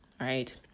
right